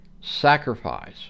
sacrifice